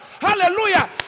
Hallelujah